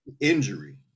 injury